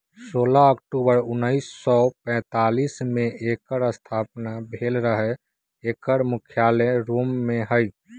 सोलह अक्टूबर उनइस सौ पैतालीस में एकर स्थापना भेल रहै एकर मुख्यालय रोम में हइ